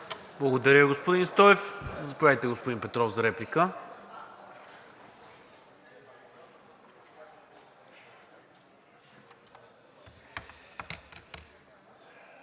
Благодаря, господин Стоев. Заповядайте, господин Петров, за реплика.